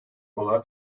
olarak